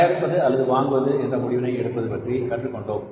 தயாரிப்பது அல்லது வாங்குவது என்ற முடிவினை எடுப்பது பற்றி கற்றுக் கொண்டோம்